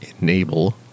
enable